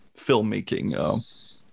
filmmaking